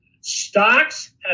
stocks